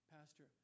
Pastor